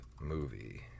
movie